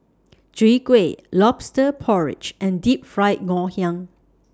Chwee Kueh Lobster Porridge and Deep Fried Ngoh Hiang